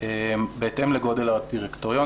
בהתאם לגודל הדירקטוריון,